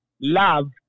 love